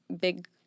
big